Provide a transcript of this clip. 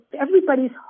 everybody's